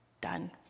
Done